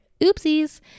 Oopsies